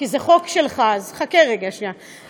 כי זה חוק שלך, אז חכה רגע שנייה.